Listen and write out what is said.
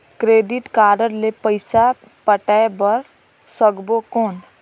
Debit card ले पइसा पटाय बार सकबो कौन?